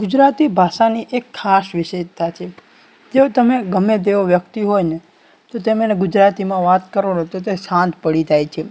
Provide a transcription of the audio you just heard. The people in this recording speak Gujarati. ગુજરાતી ભાષાની એક ખાસ વિશેષતા છે જો તમે ગમે તેવો વ્યક્તિ હોય ને તો તમે એને ગુજરાતીમાં વાત કરો ને તો તે શાંત પડી જાય છે